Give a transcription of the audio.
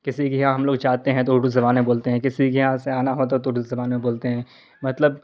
کسی کے یہاں ہم لوگ جاتے ہیں تو اردو زبان میں بولتے ہیں کسی کے یہاں سے آنا ہو تو اردو زبان میں بولتے ہیں مطلب